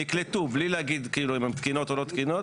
בלי להגיד כאילו אם הן תקינות או לא תקינות,